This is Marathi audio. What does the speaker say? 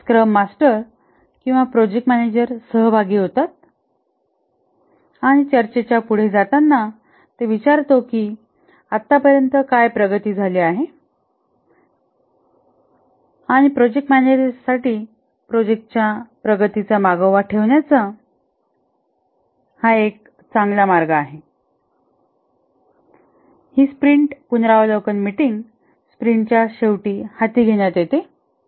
स्क्रम मास्टर किंवा प्रोजेक्ट मॅनेजर सहभागी होतात आणि चर्चेच्या पुढे जाताना तो विचारतो की आतापर्यंत काय प्रगती झाली आहे आणि प्रोजेक्ट मॅनेजर साठी प्रोजेक्ट च्या प्रगतीचा मागोवा ठेवण्याचा हा एक चांगला मार्ग आहे ही स्प्रिंट पुनरावलोकन मीटिंग स्प्रिंटच्या शेवटी हाती घेण्यात येते